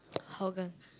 Hougang